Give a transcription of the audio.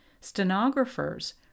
Stenographers